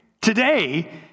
Today